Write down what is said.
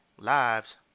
lives